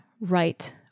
right